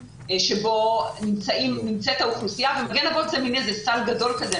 בו נמצאת האוכלוסייה ומגן אבות הוא מעין סל גדול כזה.